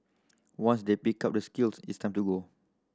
once they pick up the skills it's time to go